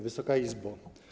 Wysoka Izbo!